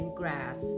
grass